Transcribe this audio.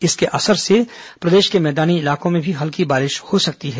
इसके असर से प्रदेश के मैदानी इलाकों में भी हल्की बारिश हो सकती है